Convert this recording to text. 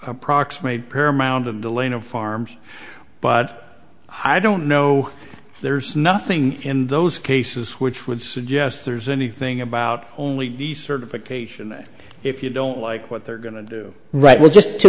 approximate paramount of the lane of farms but i don't know there's nothing in those cases which would suggest there's anything about only the certification that if you don't like what they're going to do right well just to